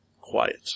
quiet